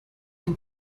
can